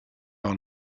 are